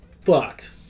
fucked